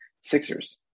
Sixers